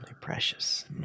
Precious